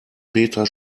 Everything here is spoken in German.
peter